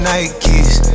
Nikes